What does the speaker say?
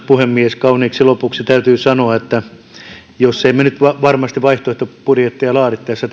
puhemies kauniiksi lopuksi täytyy sanoa että jos emme nyt varmasti vaihtoehtobudjetteja laadittaessa